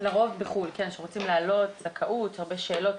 לרוב בחו"ל, שרוצים לעלות, זכאות, הרבה שאלות.